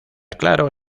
claro